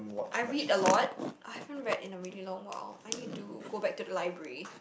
I read a lot I haven't read in a really long while I need to go back to the library